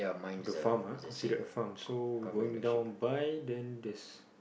the farm ah considered a farm so we going down by then there's